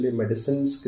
medicines